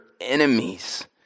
enemies